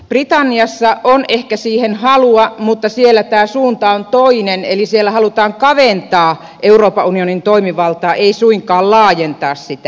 britanniassa on ehkä siihen halua mutta siellä tämä suunta on toinen eli siellä halutaan kaventaa euroopan unionin toimivaltaa ei suinkaan laajentaa sitä